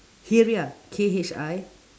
khiriah K H I